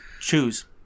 choose